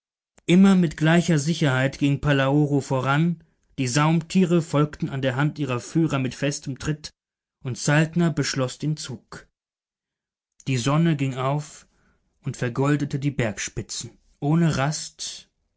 immer mit gleicher sicherheit ging palaoro voran die saumtiere folgten an der hand ihrer führer mit festem tritt und saltner beschloß den zug die sonne ging auf und vergoldete die bergspitzen ohne rast